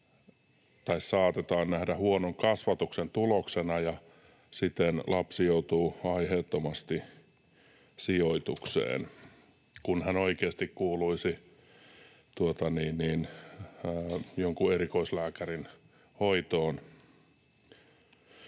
tai saatetaan nähdä, huonon kasvatuksen tuloksena, ja siten lapsi joutuu aiheettomasti sijoitukseen, kun hän oikeasti kuuluisi jonkun erikoislääkärin hoitoon.